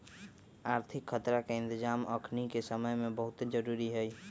आर्थिक खतरा के इतजाम अखनीके समय में बहुते जरूरी विषय हइ